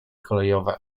kolejowe